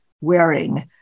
wearing